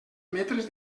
metres